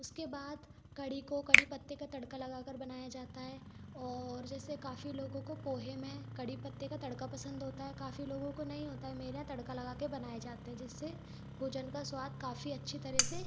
उसके बाद कढ़ी को कढ़ी पत्ते का तड़का लगा कर बनाया जाता है और जैसे काफ़ी लोगों को पोहे में कढ़ी पत्ते का तड़का पसंद होता है काफ़ी लोगों को नहीं होता है मेरे यहाँ तड़का लगा के बनाए जाते है जिससे भोजन का स्वाद काफ़ी अच्छी तरह से